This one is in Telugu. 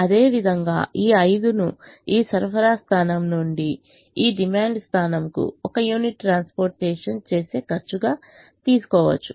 అదేవిధంగా ఈ 5 ను ఈ సరఫరా స్థానం నుండి ఈ డిమాండ్ స్థానంకు ఒక యూనిట్ ట్రాన్స్పోర్టేషన్ చేసే ఖర్చుగా తీసుకోవచ్చు